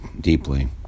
deeply